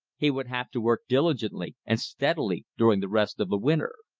he would have to work diligently and steadily during the rest of the winter.